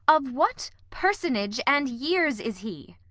of what personage and years is he?